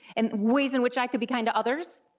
and ways in which i could be kind to others,